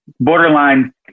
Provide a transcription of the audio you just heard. borderline